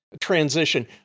transition